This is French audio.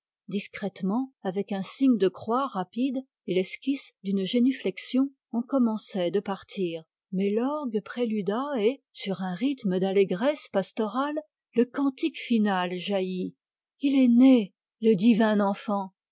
discrètement avec un signe de croix rapide et l'esquisse d'une génuflexion on commençait de partir mais l'orgue préluda et sur un rythme d'allégresse pastorale le cantique final jaillit il est né le divin enfant